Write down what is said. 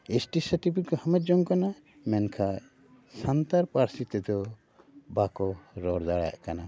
S T certificate ᱦᱟᱢᱮᱴ ᱡᱚᱝ ᱠᱟᱱᱟ ᱢᱮᱱᱠᱷᱟᱱ ᱥᱟᱱᱛᱟᱲ ᱯᱟᱹᱨᱥᱤ ᱛᱮᱫᱚ ᱵᱟᱠᱚ ᱨᱚᱲ ᱫᱟᱲᱮᱭᱟᱜ ᱠᱟᱱᱟ